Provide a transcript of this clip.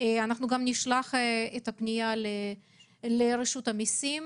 נשלח את הפניה לרשות המסים